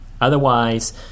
otherwise